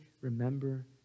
remember